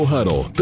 Huddle